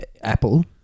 Apple